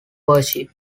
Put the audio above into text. worship